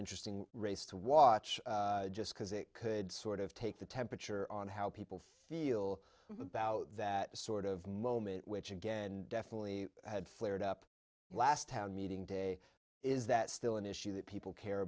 interesting race to watch just because it could sort of take the temperature on how people feel about that sort of moment which again definitely had flared up last town meeting today is that still an issue that people care